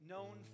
Known